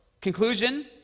conclusion